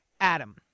Adam